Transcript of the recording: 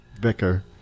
Becker